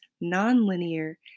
non-linear